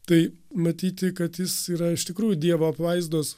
tai matyti kad jis yra iš tikrųjų dievo apvaizdos